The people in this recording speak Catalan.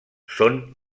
són